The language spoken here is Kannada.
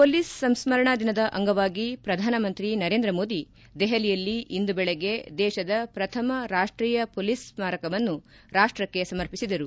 ಪೊಲೀಸ್ ಸಂಸ್ಕರಣಾ ದಿನದ ಅಂಗವಾಗಿ ಪ್ರಧಾನಮಂತ್ರಿ ನರೇಂದ್ರ ಮೋದಿ ದೆಹಲಿಯಲ್ಲಿ ಇಂದು ಬೆಳಗ್ಗೆ ದೇತದ ಪ್ರಥಮ ರಾಷ್ಷೀಯ ಪೊಲೀಸ್ ಸ್ಮಾರಕವನ್ನು ರಾಷ್ಟಕ್ಕೆ ಸಮರ್ಪಿಸಿದರು